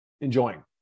enjoying